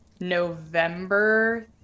november